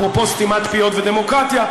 אפרופו סתימת פיות ודמוקרטיה,